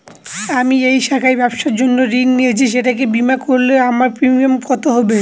আমি এই শাখায় ব্যবসার জন্য ঋণ নিয়েছি সেটাকে বিমা করলে আমার প্রিমিয়াম কত হবে?